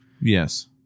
Yes